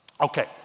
Okay